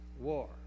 war